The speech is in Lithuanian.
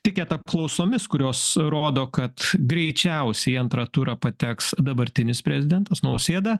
tikit apklausomis kurios rodo kad greičiausiai į antrą turą pateks dabartinis prezidentas nausėda